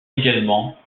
également